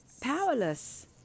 powerless